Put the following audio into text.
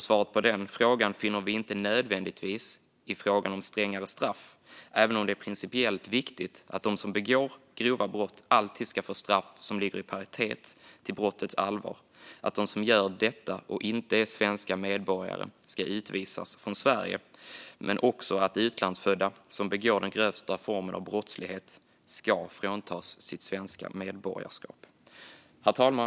Svaret på den frågan finner vi inte nödvändigtvis i strängare straff, även om det är principiellt viktigt att de som begår grova brott alltid ska få straff som ligger i paritet med brottets allvar, att de som gör detta och inte är svenska medborgare ska utvisas från Sverige och att utlandsfödda som begår den grövsta formen av brottslighet ska fråntas sitt svenska medborgarskap. Herr talman!